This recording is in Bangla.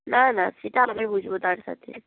না না সেটা আমি বুঝবো তার সাথে